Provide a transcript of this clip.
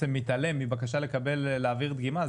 שמתעלם מבקשה להעביר דגימה,